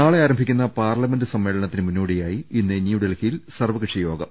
നാളെ ആരംഭിക്കുന്ന പാർലമെന്റ് സമ്മേളനത്തിന് മുന്നോ ടിയായി ഇന്ന് ന്യൂഡൽഹിയിൽ സർവ്വകക്ഷി യോഗം